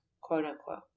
quote-unquote